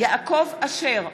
יעקב אשר,